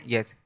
Yes